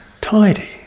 tidy